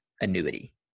annuity